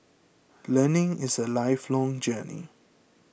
learning is a lifelong journey